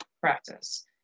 practice